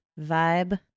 vibe